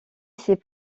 ces